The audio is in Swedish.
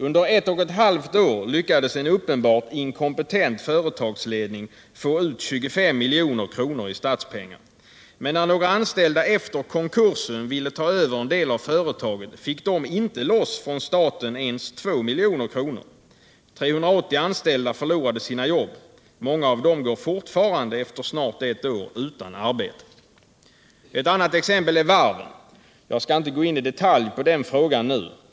Under ett och ett halvt år lyckades en uppenbart inkompetent företagsledning få ut 25 miljoner i statspengar. Men när några anställda efter konkursen ville ta över en del av företaget fick de inte loss ens 2 miljoner från staten. 380 anställda förlorade sina jobb. Många av dem står fortfarande, efter snart ett år, utan arbete. Ett annat exempel är varven. Jag skall inte gå in i detalj på den frågan nu.